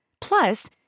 Plus